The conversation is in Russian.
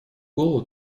голову